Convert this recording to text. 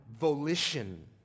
volition